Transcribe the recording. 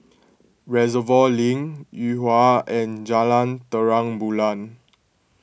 Reservoir Link Yuhua and Jalan Terang Bulan